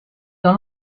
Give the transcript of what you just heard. dans